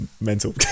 mental